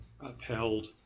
upheld